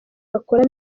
bakora